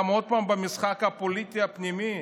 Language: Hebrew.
עוד פעם, במשחק הפוליטי הפנימי?